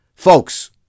Folks